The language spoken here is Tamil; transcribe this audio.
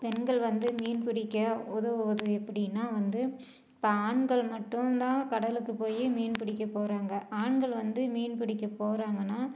பெண்கள் வந்து மீன் பிடிக்க உதவுவது எப்படின்னா வந்து இப்போ ஆண்கள் மட்டும் தான் கடலுக்கு போய் மீன் பிடிக்க போகிறாங்க ஆண்கள் வந்து மீன் பிடிக்க போகிறாங்கன்னா